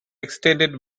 extended